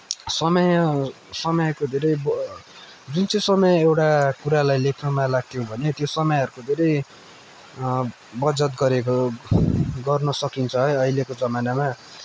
समय समयको धेरै जुन चाहिँ समय एउटा कुरालाई लेख्नमा लाग्थ्यो भने त्यो समयहरूको धेरै बचत गरेको गर्न सकिन्छ है अहिलेको जमानामा